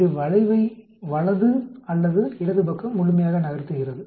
இது வளைவை வலது அல்லது இடது பக்கம் முழுமையாக நகர்த்துகிறது